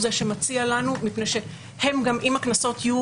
הוא זה שמציע לנו מפני שאם הקנסות יהיו